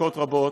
מחלוקות רבות,